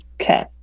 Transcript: Okay